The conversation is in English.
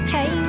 Hey